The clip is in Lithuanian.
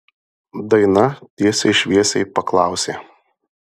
daina tiesiai šviesiai paklausė